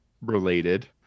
related